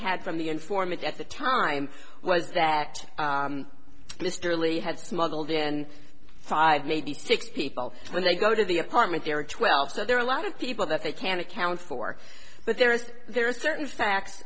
had from the informant at the time was that mr lee had smuggled in five maybe six people when they go to the apartment there are twelve so there are a lot of people that they can't account for but there is there are certain facts